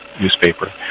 newspaper